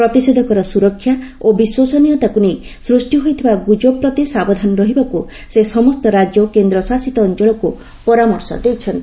ପ୍ରତିଷେଧକର ସୁରକ୍ଷା ଓ ବିଶ୍ୱସନୀୟତାକୁ ନେଇ ସୃଷ୍ଟି ହୋଇଥିବା ଗୁଜବ ପ୍ରତି ସାବଧାନ ରହିବାକୁ ସେ ସମସ୍ତ ରାଜ୍ୟ ଓ କେନ୍ଦ୍ରଶାସିତ ଅଞ୍ଚଳକୁ ପରାମର୍ଶ ଦେଇଛନ୍ତି